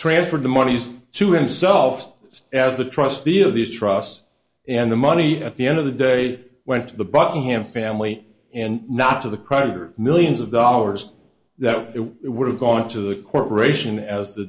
transferred the money to himself as a trustee of these trusts and the money at the end of the day went to the buckingham family and not to the creditor millions of dollars that it would have gone to the corporation as the